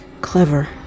clever